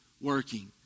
working